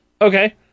Okay